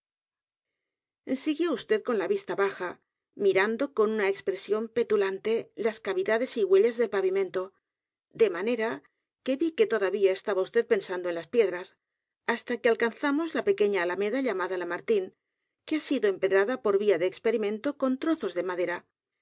siguió vd con la vista baja mirando con una expresión petulante las cavidades y huellas del pavimento de manera que vi que todavía estaba vd pensando en las piedras hasta que alcanzamos la pequeña alameda llamada lamartine que ha sido empedrada por vía de experimento con trozos de madera